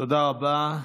תודה רבה.